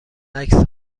عکس